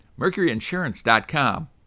mercuryinsurance.com